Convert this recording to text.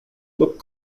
look